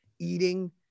eating